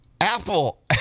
apple